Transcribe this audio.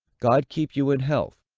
god keep you in health!